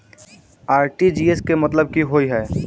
RTGS केँ मतलब की होइ हय?